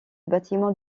bâtiment